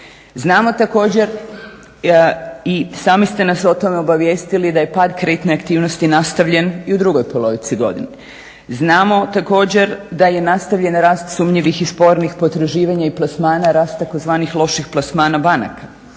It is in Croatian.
Znamo također i sami ste nas o tome obavijestili da je pad kreditne aktivnosti nastavljen i u drugoj polovici godine. znamo također da je nastavljen rast sumnjivih i spornih potraživanja plasmana rast tzv. loših plasmana banaka,